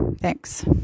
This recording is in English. Thanks